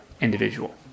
individual